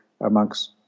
amongst